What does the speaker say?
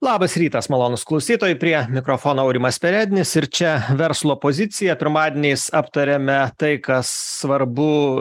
labas rytas malonūs klausytojai prie mikrofono aurimas perednis ir čia verslo pozicija pirmadieniais aptariame tai kas svarbu